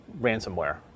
ransomware